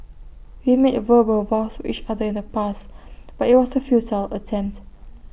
we made verbal vows each other in the past but IT was A futile attempt